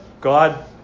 God